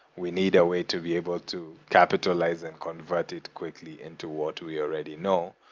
we need a way to be able to capitalize it convert it quickly into what we already know.